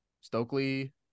Stokely